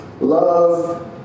Love